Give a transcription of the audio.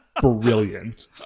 Brilliant